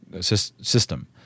system